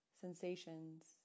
sensations